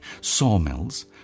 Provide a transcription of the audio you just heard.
sawmills